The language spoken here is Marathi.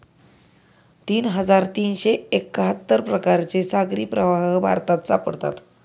तीन हजार तीनशे एक्काहत्तर प्रकारचे सागरी प्रवाह भारतात सापडतात